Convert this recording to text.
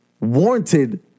warranted